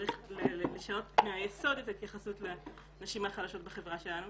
צריך לשנות מהיסוד את ההתייחסות לנשים החלשות בחברה שלנו